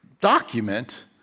document